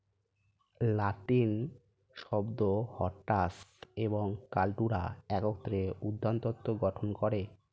লাতিন শব্দ হরটাস এবং কাল্টুরা একত্রে উদ্যানতত্ত্ব গঠন করে